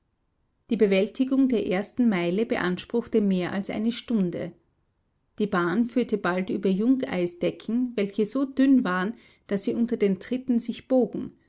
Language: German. die bewältigung der ersten meile beanspruchte mehr als eine stunde die bahn führte bald über jungeisdecken welche so dünn waren daß sie unter den tritten sich bogen